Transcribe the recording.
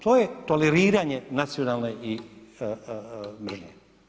To je toleriranje nacionalne mržnje.